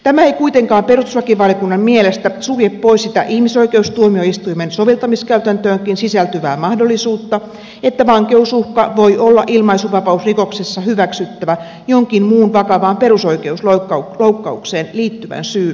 tämä ei kuitenkaan perustuslakivaliokunnan mielestä sulje pois sitä ihmisoikeustuomioistuimen soveltamiskäytäntöönkin sisältyvää mahdollisuutta että vankeusuhka voi olla ilmaisuvapausrikoksessa hyväksyttävä jonkin muun vakavan perusoikeusloukkaukseen liittyvän syyn nojalla